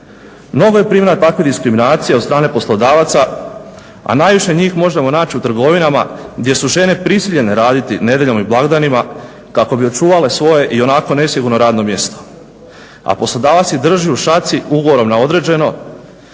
Mnogo je primjera takve diskriminacije od strane poslodavaca, a najviše njih možemo naći u trgovinama gdje su žene prisiljene raditi nedjeljom i blagdanima kako bi očuvale svoje i onako nesigurno radno mjesto, a poslodavac ih drži u šaci ugovorom na određeno.